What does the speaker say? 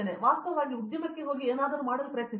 ನಾನು ವಾಸ್ತವವಾಗಿ ಉದ್ಯಮಕ್ಕೆ ಹೋಗಿ ಏನೋ ಮಾಡಲು ಪ್ರಯತ್ನಿಸಿ